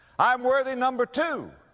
i'm worthy, number two,